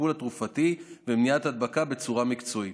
הטיפול התרופתי ומניעת הדבקה בצורה מקצועית.